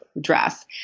dress